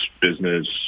business